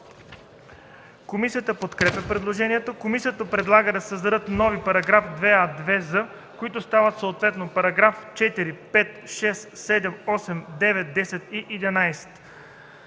Комисията подкрепя предложението. Комисията предлага да се създадат нови § 2а – 2з, които стават съответно § 4, 5, 6, 7, 8, 9, 10 и 11: